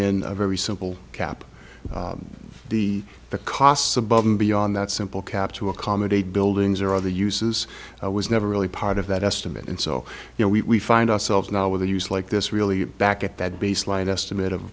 in a very simple cap the the costs above and beyond that simple cap to accommodate buildings or other uses was never really part of that estimate and so you know we find ourselves now with a use like this really back at that baseline estimate of